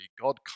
God